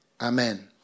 amen